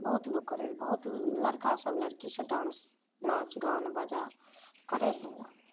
बहुत लोग करय रहय बहुत लड़िका सब लड़की सब डांस नाच गान बाजा करय रहय